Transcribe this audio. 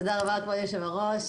תודה רבה, כבוד היושב-ראש.